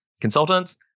consultants